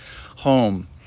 home